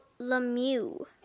Lemieux